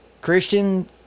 Christian